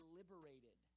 liberated